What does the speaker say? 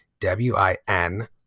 W-I-N